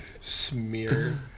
smear